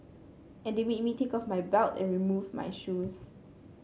and they made me take off my belt and remove my shoes